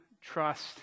trust